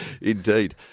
Indeed